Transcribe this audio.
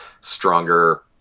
stronger